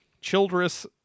Childress